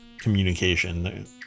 communication